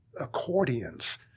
accordions